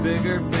Bigger